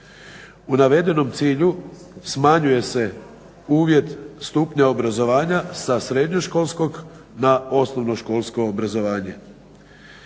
U navedenom cilju smanjuje se uvjet stupnja obrazovanja sa srednjoškolskog na osnovnoškolsko obrazovanje.